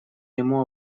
ему